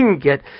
get